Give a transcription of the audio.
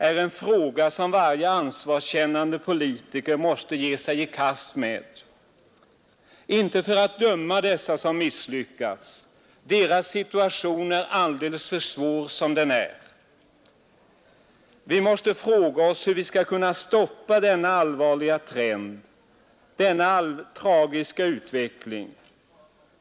är en fråga som varje ansvarskännande politiker måste ge sig i kast med, inte för att döma dessa som misslyckats — deras situation är alldeles för svår som den är. Vi måste fråga oss hur vi skall kunna stoppa denna allvarliga trend, denna tragiska utveckling.